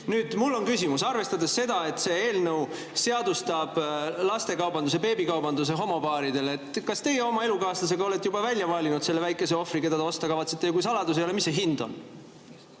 Nüüd, mul on küsimus. Arvestades seda, et see eelnõu seadustab lastekaubanduse, beebikaubanduse homopaaridele, kas teie oma elukaaslasega olete juba välja valinud selle väikese ohvri, kelle te osta kavatsete? Ja kui see saladus ei ole, mis see hind on?